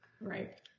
Right